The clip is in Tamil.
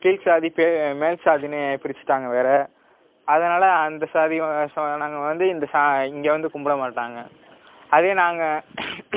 கீழ் சாதி மேல் சாதினு பிரித்துட்டாங்க வேறே அதனால் அந்த சாதியும் நாங்கள் வந்து இந்த இங்கே வந்து கும்பிட மாட்டாங்க அதே நாங்கள்